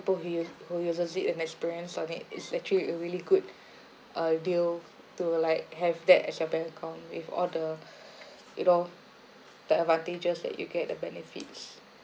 who u~ who uses it and experience on it is actually a really good uh deal to like have that as your bank account with all the you know the advantages that you get the benefits